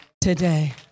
today